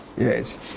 Yes